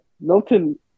Milton